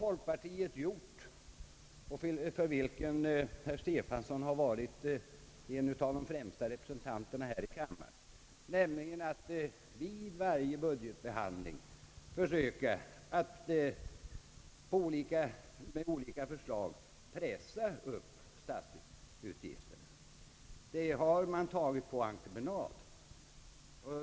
Folkpartiet — för vilket herr Stefanson är en av de främsta representanterna här i kammaren — har nämligen vid varje budgetbehandling försökt att med olika förslag pressa upp statsutgifterna. Det har folkpartiet tagit på entreprenad.